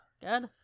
Good